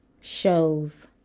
shows